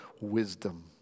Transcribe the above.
wisdom